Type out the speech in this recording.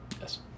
Yes